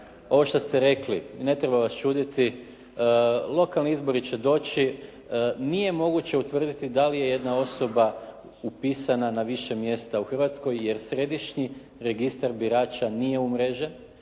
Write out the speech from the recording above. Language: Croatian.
ovo što ste rekli i ne treba vas čuditi lokalni izbori će doći, nije moguće utvrditi da li je jedna osoba upisana na više mjesta u Hrvatskoj jer središnji registar birača nije umrežen